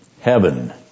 Heaven